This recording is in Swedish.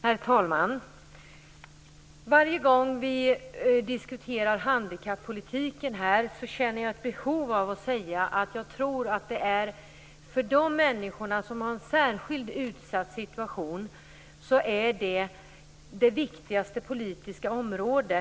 Herr talman! Varje gång vi diskuterar handikappolitiken här i riksdagen känner jag ett behov av att säga att jag tror att detta, för de människor som har en särskilt utsatt situation, är det viktigaste politiska området.